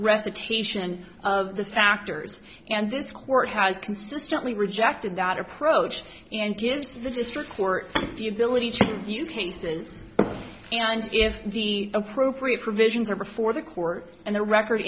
recitation of the factors and this court has consistently rejected that approach and gives the district court the ability to view cases and if the appropriate provisions are before the court and the record